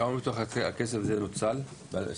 כמה מתוך הכסף הזה נוצל ב-22?